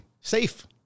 safe